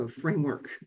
Framework